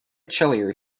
chillier